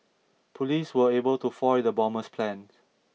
police were able to foil the bomber's plans